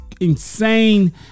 insane